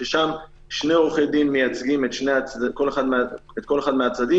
ששם שני עורכי דין מייצגים כל אחד מהצדדים,